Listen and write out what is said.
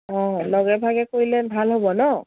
অঁ লগে ভাগে কৰিলে ভাল হ'ব ন